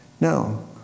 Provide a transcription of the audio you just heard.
No